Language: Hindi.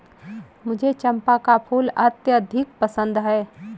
मुझे चंपा का फूल अत्यधिक पसंद है